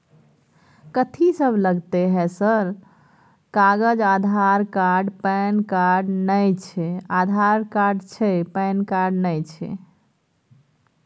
कथि सब लगतै है सर कागज आधार कार्ड पैन कार्ड नए छै आधार कार्ड छै पैन कार्ड ना छै?